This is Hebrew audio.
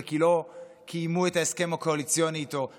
כי משרד לנהל, אין לו.